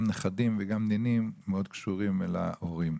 גם נכדים וגם נינים מאוד קשורים אל ההורים.